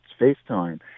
FaceTime